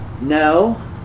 No